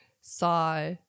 saw